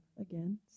again